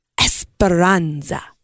Esperanza